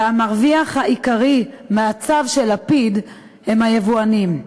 והמרוויחים העיקריים מהצו של לפיד הם היבואנים.